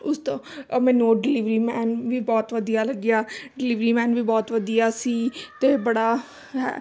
ਉਸ ਤੋਂ ਅ ਮੈਨੂੰ ਉਹ ਡਿਲੀਵਰੀ ਮੈਨ ਵੀ ਬਹੁਤ ਵਧੀਆ ਲੱਗਿਆ ਡਿਲੀਵਰੀ ਮੈਨ ਵੀ ਬਹੁਤ ਵਧੀਆ ਸੀ ਅਤੇ ਬੜਾ ਹੈ